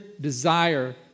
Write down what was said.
desire